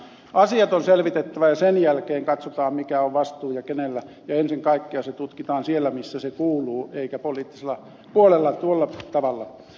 asiat on selvitettävä ja sen jälkeen katsotaan mikä on vastuu ja kenellä ja ennen kaikkea se tutkitaan siellä missä se kuuluu eikä poliittisella puolella tuolla tavalla